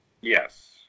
Yes